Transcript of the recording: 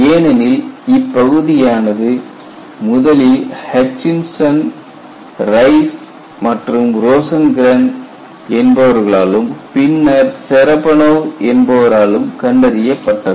ஏனெனில் இப்பகுதியானது முதலில் ஹட்சின்சன் ரைஸ் மற்றும் Rosengren Hutchinson Rice and Rosengren என்பவர்களாலும் பின்னர் செரெபனோவ் என்பவராலும் கண்டறியப்பட்டது